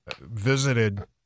Visited